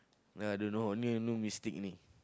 nah I don't know only no mistake only